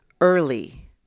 early